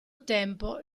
tempo